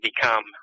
become